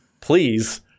Please